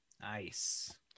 Nice